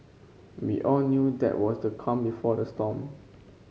we all knew that was the calm before the storm